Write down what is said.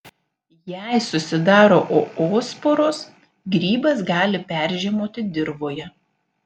jei susidaro oosporos grybas gali peržiemoti dirvoje